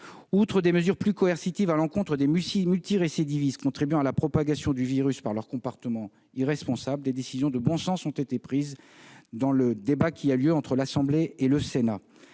Outre des mesures plus coercitives à l'encontre de multirécidivistes contribuant à la propagation du virus par leur comportement irresponsable, des décisions de bon sens ont été prises dans le débat entre l'Assemblée nationale